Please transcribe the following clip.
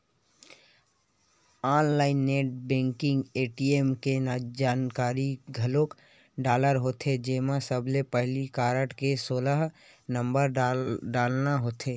online net banking म ATM के जानकारी घलोक डालना होथे जेमा सबले पहिली कारड के सोलह नंबर ल डालना होथे